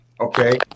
Okay